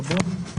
גבון,